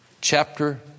Chapter